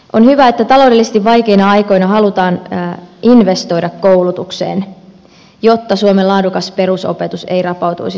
on hyvä että taloudellisesti vaikeina aikoina halutaan investoida koulutukseen jotta suomen laadukas perusopetus ei rapautuisi tulevinakaan vuosina